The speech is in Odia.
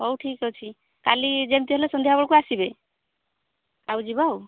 ହଉ ଠିକ୍ ଅଛି କାଲି ଯେମିତି ହେଲେ ସନ୍ଧ୍ୟାବେଳକୁ ଆସିବେ ଆଉ ଯିବା ଆଉ